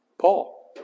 Paul